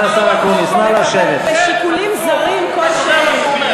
בשיקולים זרים כלשהם,